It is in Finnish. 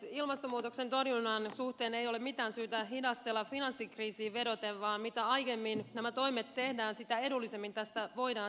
ilmastonmuutoksen torjunnan suhteen ei ole mitään syytä hidastella finanssikriisiin vedoten vaan mitä aiemmin nämä toimet tehdään sitä edullisemmin tästä voidaan selvitä